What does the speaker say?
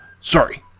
sorry